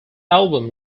album